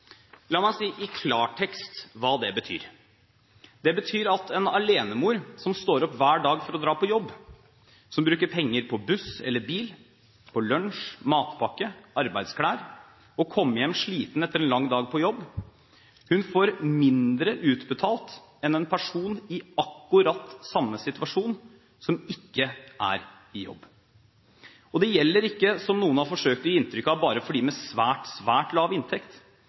La meg i klartekst si hva det betyr. Det betyr at en alenemor som står opp hver dag for å dra på jobb, som bruker penger på buss eller bil, på lunsj eller matpakke og på arbeidsklær, og kommer hjem sliten etter en lang dag på jobb, får mindre utbetalt enn en person i akkurat samme situasjon som ikke er i jobb. Og det gjelder ikke, som noen har forsøkt å gi inntrykk av, bare for dem med svært, svært lav inntekt.